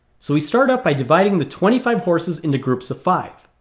so we start up by dividing the twenty five horses into groups of five